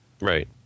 Right